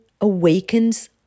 awakens